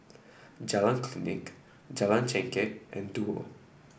Jalan Klinik Jalan Chengkek and Duo